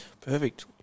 Perfect